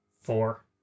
Four